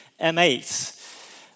M8